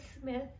Smith